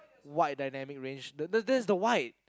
white dynamic range that's that's the white